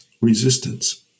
Resistance